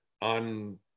on